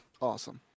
Awesome